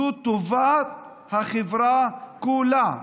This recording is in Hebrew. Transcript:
זאת טובת החברה כולה.